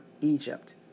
Egypt